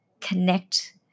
connect